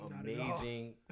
amazing